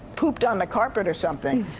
pooped on the carpet or something.